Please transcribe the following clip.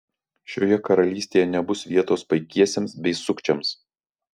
šioje karalystėje nebus vietos paikiesiems bei sukčiams